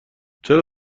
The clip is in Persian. چرا